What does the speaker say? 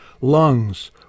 lungs